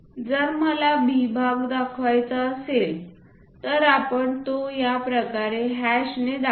जर मला B भाग दाखवायचा असेल तर आपण तो या प्रकारचे हॅश ने दाखवू